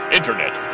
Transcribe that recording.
Internet